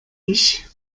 ich